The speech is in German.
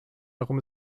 warum